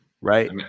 Right